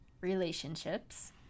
relationships